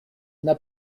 n’a